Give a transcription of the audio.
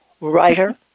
writer